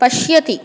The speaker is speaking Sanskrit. पश्यति